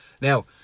now